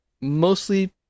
mostly